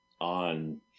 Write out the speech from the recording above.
on –